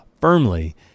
firmly